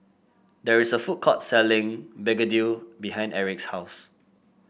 there is a food court selling Begedil behind Erich's house